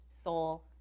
soul